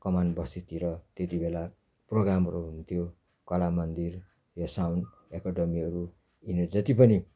कमानबस्तीतिर त्यति बेला प्रोग्रामहरू हुन्थ्यो कला मन्दिर यहाँ साउन्ड एकडेमीहरू यिनीहरू जति पनि